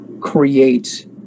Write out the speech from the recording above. create